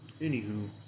anywho